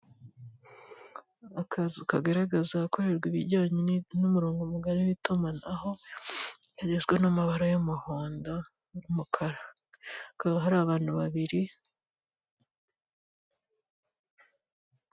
Akazu kagaragaza ahakorerwa ibijyanye n'umurongo mugari w'itumanaho, kagizwe n'amabara y'umuhondo n'umukara hakaba hari abantu babiri..